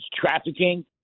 trafficking